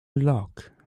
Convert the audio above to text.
lock